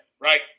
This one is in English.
right